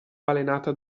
balenata